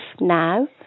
now